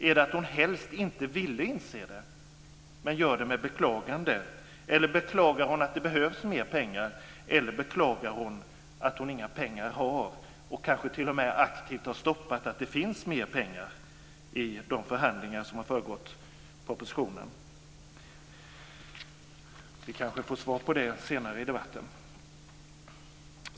Är det att hon helst inte vill inse men gör det med beklagande, eller beklagar hon att det behövs mer pengar eller beklagar hon att hon inga pengar har och kanske t.o.m. aktivt har stoppat att det finns mer pengar i de förhandlingar som har föregått propositionen? Vi kanske får svar på det senare i debatten.